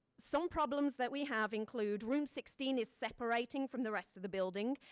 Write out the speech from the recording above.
some problems that we have include room sixteen is separating from the rest of the building.